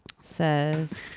says